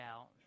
out